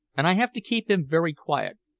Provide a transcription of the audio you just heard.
and i have to keep him very quiet.